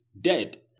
dead